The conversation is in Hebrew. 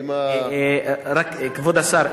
כבוד השר,